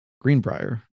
Greenbrier